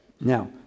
Now